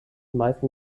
meisten